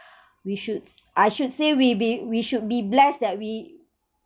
we should I should say we be we should be blessed that we